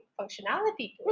functionality